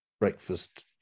breakfast